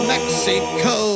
Mexico